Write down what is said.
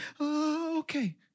Okay